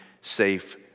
safe